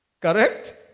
Correct